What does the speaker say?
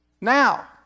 now